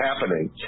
happening